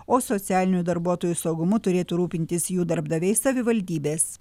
o socialinių darbuotojų saugumu turėtų rūpintis jų darbdaviai savivaldybės